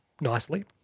nicely